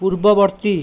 ପୂର୍ବବର୍ତ୍ତୀ